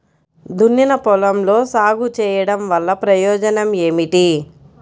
దున్నిన పొలంలో సాగు చేయడం వల్ల ప్రయోజనం ఏమిటి?